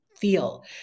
feel